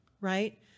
right